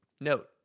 Note